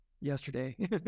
yesterday